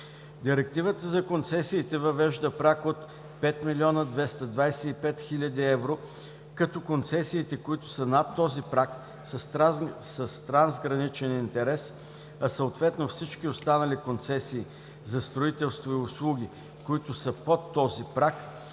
Директивата за концесиите въвежда праг от 5 225 000 евро, като концесиите, които са над този праг, са с трансграничен интерес, а съответно всички останали концесии за строителство и услуги, които са под този праг,